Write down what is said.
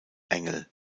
engel